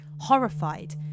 Horrified